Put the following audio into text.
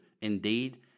indeed